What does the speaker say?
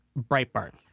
Breitbart